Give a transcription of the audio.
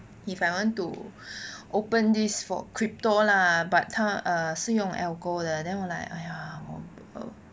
if I want to open this for crypto lah but 他是用 algo 的 then 我 like !aiya!